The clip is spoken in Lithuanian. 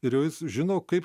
ir jau jis žino kaip